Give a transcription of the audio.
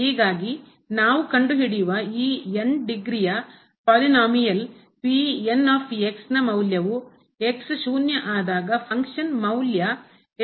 ಹೀಗಾಗಿ ನಾವು ಕಂಡು ಹಿಡಿಯುವ ಈ ಡಿಗ್ರಿಯ ಪದವಿಯನ್ನುಳ್ಳ ಪಾಲಿನೋಮಿಯಲ್ ನ ಮೌಲ್ಯವು ಶೂನ್ಯ ಆದಾಗ ಫಂಕ್ಷನ್ ಮೌಲ್ಯ ಗೆ ಸರಿಸಮಾನವಾಗಿರಬೇಕು